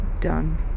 Done